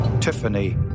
Tiffany